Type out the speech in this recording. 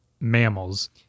mammals